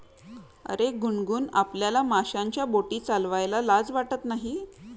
अरे गुनगुन, आपल्याला माशांच्या बोटी चालवायला लाज वाटत नाही